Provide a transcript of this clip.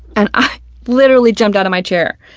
and i literally jumped out of my chair.